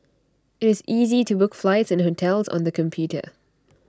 IT is easy to book flights and hotels on the computer